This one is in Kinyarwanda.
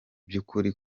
by’ukuri